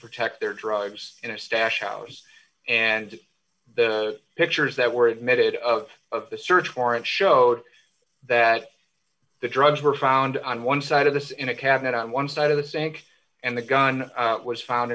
protect their drugs in a stash house and the pictures that were admitted of of the search warrant showed that the drugs were found on one side of this in a cabinet on one side of the sink and the gun was found